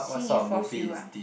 Xin-Yi force you ah